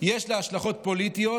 יש השלכות פוליטיות,